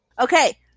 Okay